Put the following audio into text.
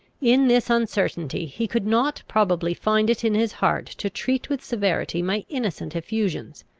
in this uncertainty he could not probably find it in his heart to treat with severity my innocent effusions.